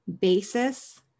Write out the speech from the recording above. basis